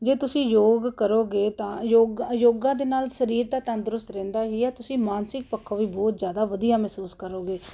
ਜੇ ਤੁਸੀਂ ਯੋਗ ਕਰੋਗੇ ਤਾਂ ਯੋਗਾ ਯੋਗਾ ਦੇ ਨਾਲ ਸਰੀਰ ਤਾਂ ਤੰਦਰੁਸਤ ਰਹਿੰਦਾ ਹੀ ਹੈ ਤੁਸੀਂ ਮਾਨਸਿਕ ਪੱਖੋਂ ਵੀ ਬਹੁਤ ਜ਼ਿਆਦਾ ਵਧੀਆ ਮਹਿਸੂਸ ਕਰੋਗੇ